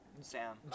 sam